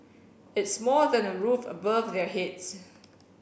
it's more than a roof above their heads